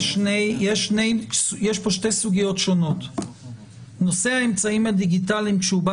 יש פה שתי סוגיות שונות: נושא האמצעים הדיגיטליים כשהוא בא